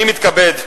אני מתכבד,